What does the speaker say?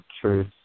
truth